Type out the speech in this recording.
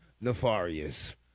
nefarious